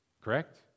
correct